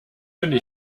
finde